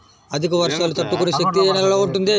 అధిక వర్షాలు తట్టుకునే శక్తి ఏ నేలలో ఉంటుంది?